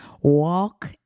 Walk